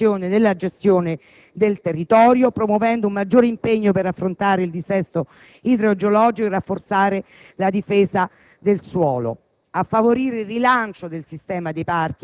il metodo della trasparenza e della pianificazione anche nella gestione del territorio, promuovendo un maggiore impegno per affrontare il dissesto idrogeologico e rafforzare la difesa del suolo;